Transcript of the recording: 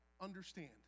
understand